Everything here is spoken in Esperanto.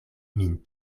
min